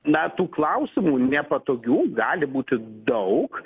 na tų klausimų nepatogių gali būti daug